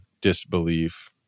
disbelief